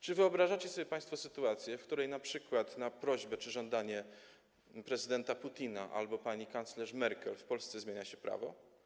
Czy wyobrażacie sobie państwo sytuację, w której np. na prośbę czy żądanie prezydenta Putina albo pani kanclerz Merkel w Polsce zmienia się prawo?